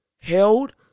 held